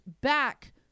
back